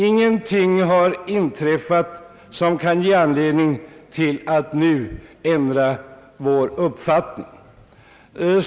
Ingenting har inträffat som ger oss anledning att nu ändra vår uppfattning.